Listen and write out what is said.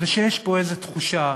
שיש פה איזו תחושה